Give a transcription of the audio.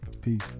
Peace